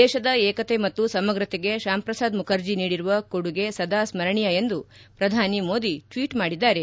ದೇಶದ ಏಕತೆ ಮತ್ತು ಸಮಗ್ರತೆಗೆ ಶ್ಕಾಮ್ ಪ್ರಸಾದ್ ಮುಖರ್ಜಿ ನೀಡಿರುವ ಕೊಡುಗೆ ಸದಾ ಸ್ಕರಣೀಯ ಎಂದು ಪ್ರಧಾನಿ ಮೋದಿ ಟ್ವೀಟ್ ಮಾಡಿದ್ದಾರೆ